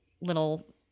little